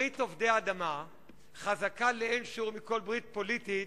ברית עובדי האדמה חזקה לאין שיעור מכל ברית פוליטית,